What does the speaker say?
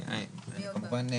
כמובן,